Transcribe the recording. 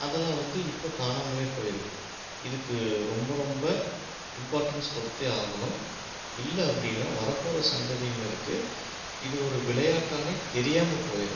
அதெல்லாம் வந்து இப்போ காணாமலே போயிருக்கு இதுக்கு ரொம்ப ரொம்ப இம்பார்ட்டன்ஸ் கொடுத்தே ஆகணும் இல்லை அப்படின்னா வரப்போகிற சந்ததியினருக்கு இது ஒரு விளையாட்டானே தெரியாமல் போயிடும்